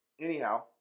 Anyhow